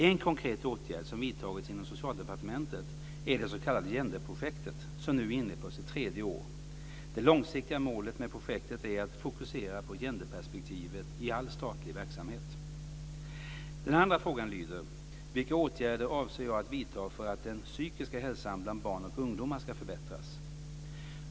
En konkret åtgärd som vidtagits inom Socialdepartementet är det s.k. Genderprojektet, som nu är inne på sitt tredje år. Det långsiktiga målet med projektet är att fokusera på genderperspektivet i all statlig verksamhet. Den andra frågan handlar om vilka åtgärder jag avser vidta för att den psykiska hälsan bland barn och ungdomar ska förbättras.